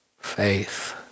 faith